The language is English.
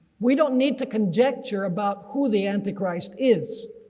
we don't need to conjecture about who the antichrist is,